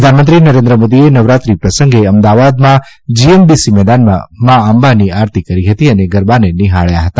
પ્રધાનમંત્રી નરેન્દ્ર મોદીએ નવરાત્રી પ્રસંગે અમદાવાદમાં જીએમડીસી મેદાનમાં માં અંબાની આરતી કરી હતી અને ગરબાને નિહાળ્યા હતા